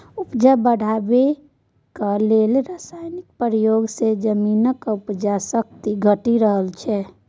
उपजा बढ़ेबाक लेल रासायनक प्रयोग सँ जमीनक उपजाक शक्ति घटि रहल छै